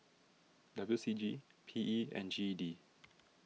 W C G P E and G E D